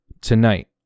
tonight